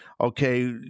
okay